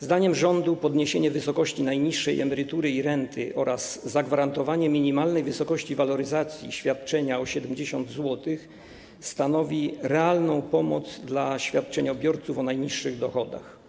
Zdaniem rządu podniesienie wysokości najniższej emerytury i renty oraz zagwarantowanie minimalnej wysokości waloryzacji świadczenia o 70 zł stanowi realną pomoc dla świadczeniobiorców o najniższych dochodach.